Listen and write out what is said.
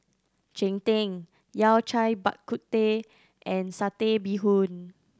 cheng tng Yao Cai Bak Kut Teh and Satay Bee Hoon